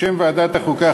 בשם ועדת החוקה,